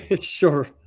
Sure